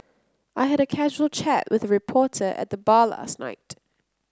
I had a casual chat with a reporter at the bar last night